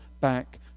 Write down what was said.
back